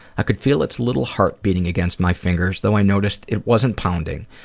i could feel its little heart beating against my fingers though i noticed it wasn't pounding.